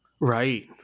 Right